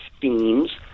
themes